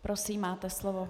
Prosím, máte slovo.